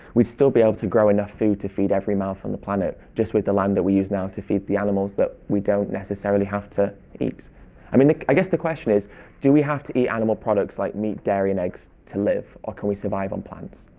we'd still be able to grow enough food to feed every mouth on the planet just with the land that we use now to feed the animals that we don't necessarily have to eat i mean, i guess the question is do we have to eat animal products like meat, dairy, and eggs to live, or can we survive on plants?